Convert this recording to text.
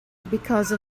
because